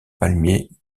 palmiers